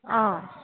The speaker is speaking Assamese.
অঁ